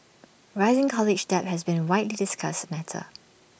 rising college debt has been A widely discussed matter